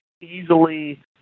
easily